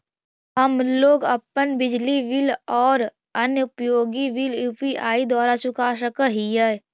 हम लोग अपन बिजली बिल और अन्य उपयोगि बिल यू.पी.आई द्वारा चुका सक ही